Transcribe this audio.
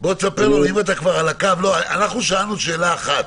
אם אתה כבר על הקו תספר לנו, שאלנו שאלה אחת,